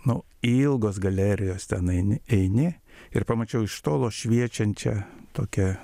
nu ilgos galerijos ten eini eini ir pamačiau iš tolo šviečiančią tokią